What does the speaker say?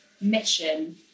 mission